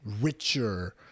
richer